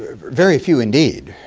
ah very few indeed.